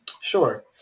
Sure